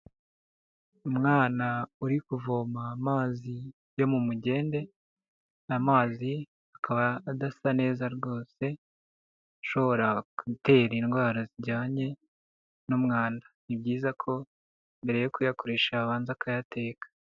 Umwana uri kuvoma amazi yo mu mugende, amazi akaba adasa neza rwose, ashobora gutera indwara zijyanye n'umwanda. Ni byiza ko mbere yo kuyakoresha abanza akayateka.